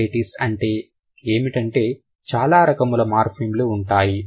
separatist అంటే ఏమిటంటే చాలా రకముల మార్ఫిమ్ లు ఉంటాయి